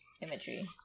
imagery